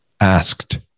asked